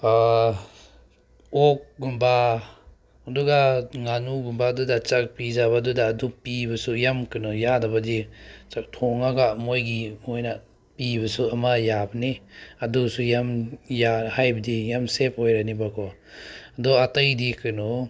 ꯑꯣꯛꯒꯨꯝꯕ ꯑꯗꯨꯒ ꯉꯥꯅꯨꯒꯨꯝꯕ ꯑꯗꯨꯗ ꯆꯥꯛ ꯄꯤꯖꯕꯗꯨꯗ ꯑꯗꯨ ꯄꯤꯕꯁꯨ ꯌꯥꯝ ꯀꯩꯅꯣ ꯌꯥꯗꯕꯗꯤ ꯆꯥꯛ ꯊꯣꯡꯉꯒ ꯃꯣꯏꯒꯤ ꯃꯣꯏꯅ ꯄꯤꯕꯁꯨ ꯑꯃ ꯌꯥꯕꯅꯦ ꯑꯗꯨꯁꯨ ꯌꯥꯝ ꯍꯥꯏꯕꯗꯤ ꯌꯥꯝ ꯁꯦꯞ ꯑꯣꯏꯔꯅꯤꯕꯀꯣ ꯑꯗꯣ ꯑꯇꯩꯗꯤ ꯀꯩꯅꯣ